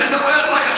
עובדות.